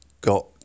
got